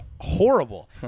horrible